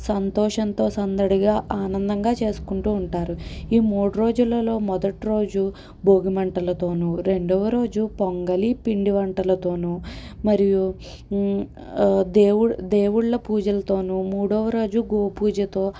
సంతోషంతో సందడిగా ఆనందంగా చేసుకుంటూ ఉంటారు ఈ మూడు రోజులలో మొదటి రోజు భోగిమంటలతోనూ రెండవ రోజు పొంగలి పిండివంటలతోనూ మరియు దేవుడు దేవుళ్ళ పూజలతోనూ మూడవ రోజు గోపూజతో